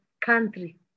country